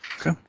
Okay